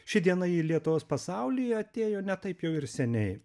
ši diena į lietuvos pasaulį atėjo ne taip jau ir seniai